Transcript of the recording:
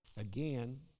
again